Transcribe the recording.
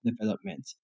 development